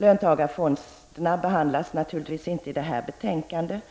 Löntagarfonderna behandlas naturligtvis inte i det här betänkandet,